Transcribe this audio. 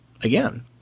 again